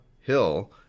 Hill